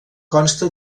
consta